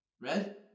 Red